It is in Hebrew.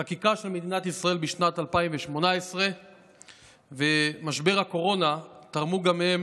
חקיקה של מדינת ישראל בשנת 2018 ומשבר הקורונה תרמו גם הם